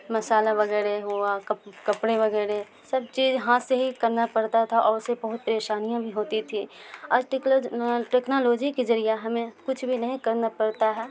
مصالحہ وغیرہ ہوا ک کپڑے وغیرہ سب چیز ہاتھ سے ہی کرنا پڑتا تھا اور اسے بہت پریشانیاں بھی ہوتی تھیں آج ٹیکلو ٹیکنالوجی کے ذریعہ ہمیں کچھ بھی نہیں کرنا پڑتا ہے